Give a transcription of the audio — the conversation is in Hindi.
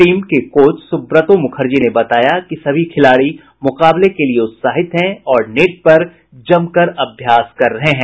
टीम के कोच सुब्रत मुखर्जी ने बताया कि सभी खिलाड़ी मुकाबले के लिए उत्साहित हैं और नेट पर जमकर अभ्यास कर रहे हैं